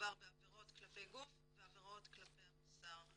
מדובר בעבירות כלפי גוף ועבירות כלפי המוסר,